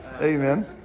Amen